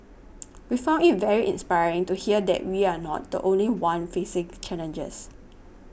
we found it very inspiring to hear that we are not the only one facing challenges